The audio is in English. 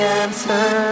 answer